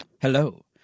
Hello